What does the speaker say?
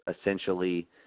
Essentially